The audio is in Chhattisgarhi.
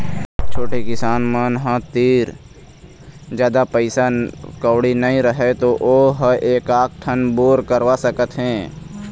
छोटे किसान मन तीर जादा पइसा कउड़ी नइ रहय वो ह एकात ठन बोर करवा सकत हे